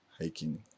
hiking